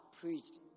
preached